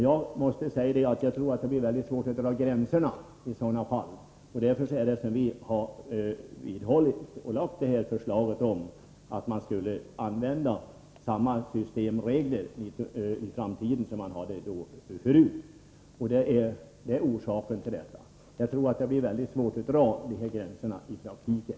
Jag tror att det blir väldigt svårt att dra gränserna i sådana fall. Därför har vi vidhållit vår uppfattning, och vi har lagt fram förslaget om att man skall använda samma systemregler i framtiden som man har haft förut. Detta är orsaken till vår ståndpunkt. Jag tror att det i annat fall blir mycket svårt att dra gränserna i praktiken.